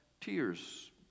tears